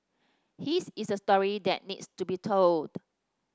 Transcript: his is a story that needs to be told